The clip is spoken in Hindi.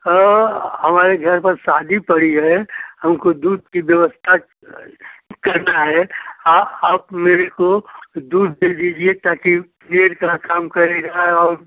हाँ हमारे घर पर शादी पड़ी है हमको दूध की व्यवस्था करना है आप आप मेरे को दूध दे दीजिए ताकि खीर का काम करेगा और